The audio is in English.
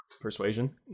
Persuasion